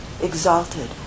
exalted